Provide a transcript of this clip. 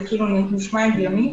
זה נשמע הגיוני?